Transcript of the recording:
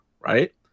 right